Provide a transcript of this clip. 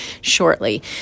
shortly